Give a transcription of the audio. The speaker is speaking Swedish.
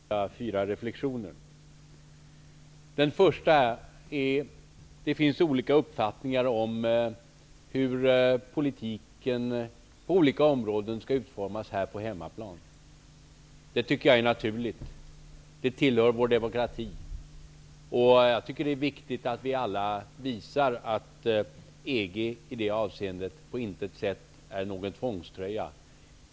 Herr talman! När debatten nu närmar sig sitt slut skulle jag gärna vilja göra ytterligare fyra reflexioner. För det första: Det finns olika uppfattningar om hur politiken på olika områden skall utformas här på hemmaplan. Det tycker jag är naturligt. Det tillhör vår demokrati. Jag tycker att det är viktigt att vi alla visar att EG i det avseendet på intet sätt är en tvångströja.